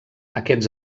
aquests